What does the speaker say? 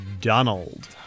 Donald